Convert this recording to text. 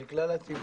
של כלל הציבור,